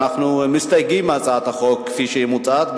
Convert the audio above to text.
אנחנו מסתייגים מהצעת החוק כפי שהיא מוצעת,